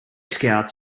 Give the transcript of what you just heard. scout